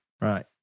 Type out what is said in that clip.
Right